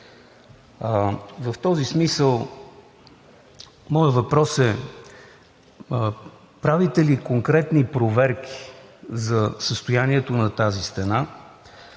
В този смисъл моят въпрос е: правите ли конкретни проверки за състоянието на тази стена,